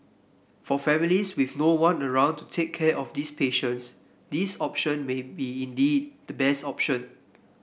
for families with no one around to take care of these patients this option may be indeed the best option